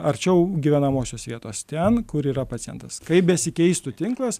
arčiau gyvenamosios vietos ten kur yra pacientas kaip besikeistų tinklas